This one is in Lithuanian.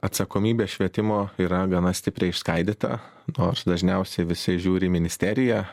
atsakomybė švietimo yra gana stipriai išskaidyta nors dažniausiai visi žiūri į ministeriją